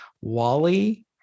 Wally